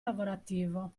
lavorativo